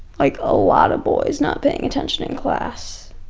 like, a lot of boys not paying attention in class,